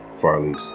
Farleys